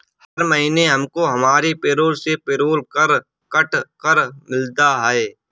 हर महीने हमको हमारी पेरोल से पेरोल कर कट कर मिलता है